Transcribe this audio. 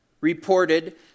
reported